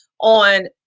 on